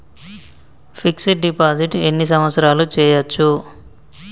Fix డ్ deposit ఎన్ని సంవత్సరాలు చేయచ్చు?